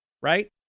right